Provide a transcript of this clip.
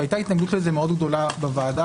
והייתה התנגדות מאוד גדולה בוועדה,